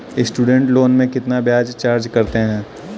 Student loan में कितना ब्याज चार्ज करते हैं?